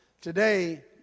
Today